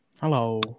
hello